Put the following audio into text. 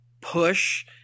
push